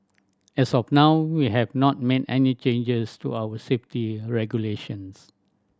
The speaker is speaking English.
as of now we have not made any changes to our safety regulations